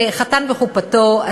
שחתן בחופתו,